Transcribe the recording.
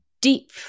deep